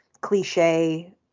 cliche